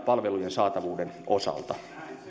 palvelujen saatavuuden osalta